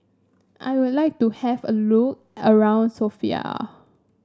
I would like to have a look around Sofia